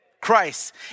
Christ